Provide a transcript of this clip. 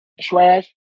trash